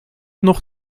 nog